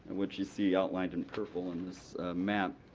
what you see outlined in purple in this map,